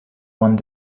one